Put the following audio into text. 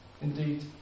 Indeed